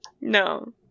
No